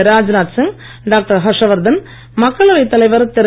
Rajnath Singh doctor Harshvardhan மக்களவை தலைவர் திரு